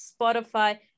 Spotify